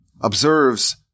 observes